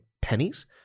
pennies